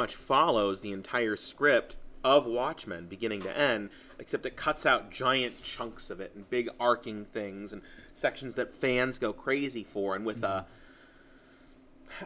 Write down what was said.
much follows the entire script of watchmen beginning to end except it cuts out giant chunks of it and big arc ing things and sections that fans go crazy for and with the